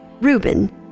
Reuben